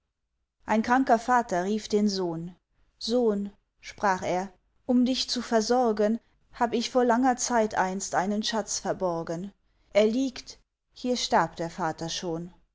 ein kranker vater rief den sohn sohn sprach er um dich zu versorgen hab ich vor langer zeit einst einen schatz verborgen er liegt hier starb der vater schon